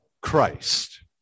Christ